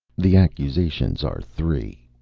the accusations are three,